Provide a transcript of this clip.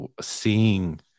seeing